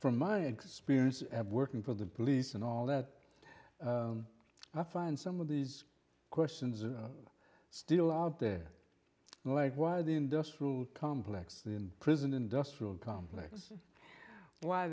from my experience at working for the police and all that i find some of these questions still out there like why the industrial complex there in prison industrial complex why